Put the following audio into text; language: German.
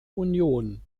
union